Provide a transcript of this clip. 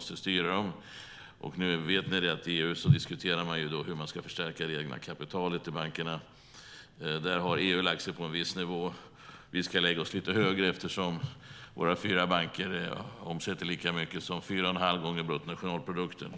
Som ni vet diskuterar man nu i EU hur man ska förstärka reglerna för kapitalet i bankerna. Där har EU lagt sig på en viss nivå. Vi ska lägga oss lite högre eftersom våra fyra banker omsätter lika mycket som fyra och en halv gånger bruttonationalprodukten.